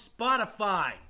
Spotify